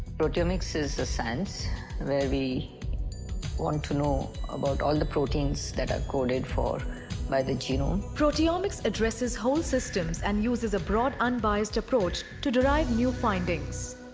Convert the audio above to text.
proteomics is the science where we want to know about all the proteins that are coded for by the genome. proteomics addresses whole systems and uses a broad unbiased approach to derive new findings.